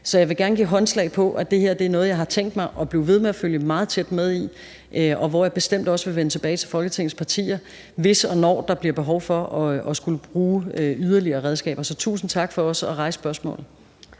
Så jeg vil gerne give håndslag på, at det her er noget, jeg har tænkt mig at blive ved med at følge meget tæt med i, og hvor jeg bestemt også vil vende tilbage til Folketingets partier, hvis og når der bliver behov for at skulle bruge yderligere redskaber. Så tusind tak for også at rejse spørgsmålet.